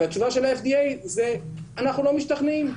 והתשובה של ה-FDA זה: אנחנו לא משתכנעים.